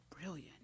Brilliant